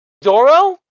Doro